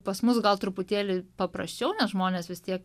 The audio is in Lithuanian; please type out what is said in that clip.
pas mus gal truputėlį paprasčiau nes žmonės vis tiek